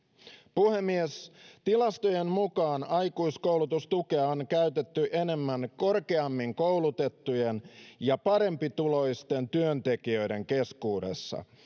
puhemies tilastojen mukaan aikuiskoulutustukea on käytetty enemmän korkeammin koulutettujen ja parempituloisten työntekijöiden keskuudessa